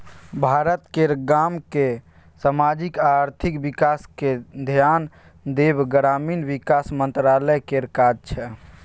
भारत केर गामक समाजिक आ आर्थिक बिकासक धेआन देब ग्रामीण बिकास मंत्रालय केर काज छै